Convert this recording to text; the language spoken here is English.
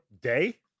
day